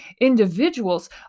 individuals